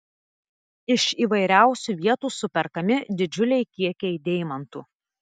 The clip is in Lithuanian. iš įvairiausių vietų superkami didžiuliai kiekiai deimantų